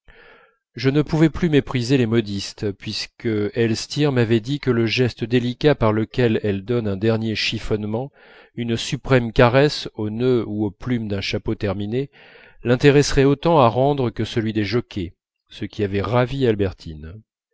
je ne pouvais plus mépriser les modistes puisque elstir m'avait dit que le geste délicat par lequel elles donnent un dernier chiffonnement une suprême caresse aux nœuds ou aux plumes d'un chapeau terminé l'intéresserait autant à rendre que celui des jockeys